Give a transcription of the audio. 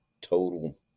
total